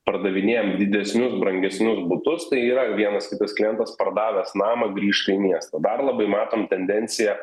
pardavinėjam didesnius brangesnius butus tai yra vienas kitas klientas pardavęs namą grįžta į miestą dar labai matom tendenciją